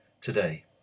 today